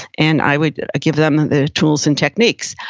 and i would give them the tools and techniques.